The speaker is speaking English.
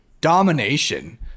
domination